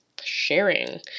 sharing